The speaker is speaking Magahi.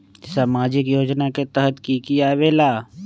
समाजिक योजना के तहद कि की आवे ला?